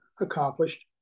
accomplished